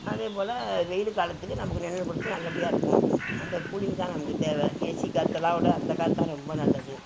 அதேபோல் வெயில் காலத்துக்கு நமக்கு நிழல் கொடுத்து நல்லபடியாக இருக்கும் அந்த கூலிங் தான் நமக்கு தேவை ஏசி காற்றலாம் விட அந்த காற்றுதான் ரொம்ப நல்லது